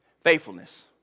Faithfulness